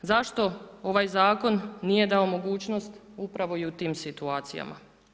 Zašto ovaj zakon nije dao mogućnost upravo i u tim situacijama?